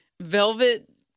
velvet